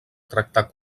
tractar